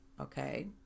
Okay